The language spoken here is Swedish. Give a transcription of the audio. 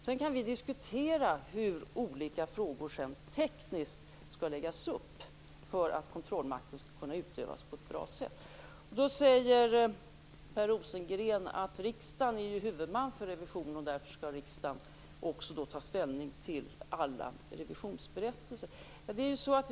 Sedan kan vi diskutera hur olika frågor skall läggas upp tekniskt för att kontrollmakten skall kunna utövas på ett bra sätt. Per Rosengren säger att riksdagen är huvudman för revisionen och att riksdagen därför också skall ta ställning till alla revisionsberättelser.